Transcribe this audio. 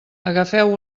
agafeu